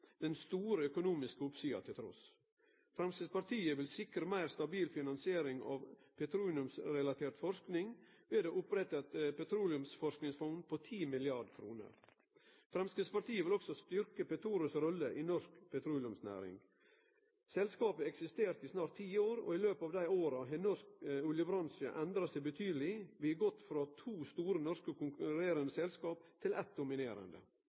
den store økonomiske oppsida. Framstegspartiet vil sikre meir stabil finansiering av petroleumsrelatert forsking ved å opprette eit petroleumsforskingsfond på 10 mrd. kr. Framstegspartiet vil også styrkje Petoros rolle i norsk petroleumsnæring. Selskapet har eksistert i snart ti år. I løpet av dei åra har norsk oljebransje endra seg betydeleg. Ein har gått frå to konkurrerande store norske selskap til